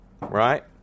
right